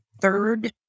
third